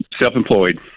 Self-employed